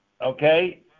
Okay